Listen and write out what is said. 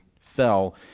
fell